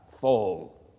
fall